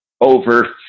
over